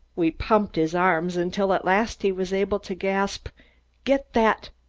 we pumped his arms until at last he was able to gasp get that!